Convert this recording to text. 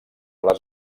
les